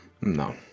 No